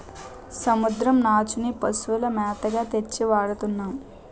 సముద్రం నాచుని పశువుల మేతగా తెచ్చి వాడతన్నాము